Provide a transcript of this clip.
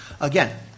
again